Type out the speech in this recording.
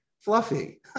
Fluffy